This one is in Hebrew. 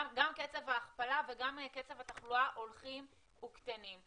גם קצב ההכפלה וגם קצב התחלואה הולכים וקטנים,